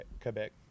Quebec